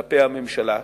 כלפי הממשלה,